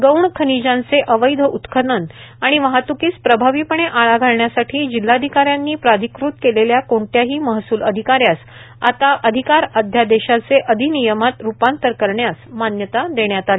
गौण खनिजांचे अवैध उत्खनन आणि वाहतूकीस प्रभावीपणे आळा घालण्यासाठी जिल्हाधिकारी यांनी प्राधिकृत केलेल्या कोणत्याही महसूल अधिकाऱ्यास आता अधिकार अध्यादेशाचे अधिनियमात रूपांतर करण्यास मान्यता देण्यात आली